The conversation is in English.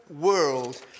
world